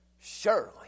surely